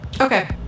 Okay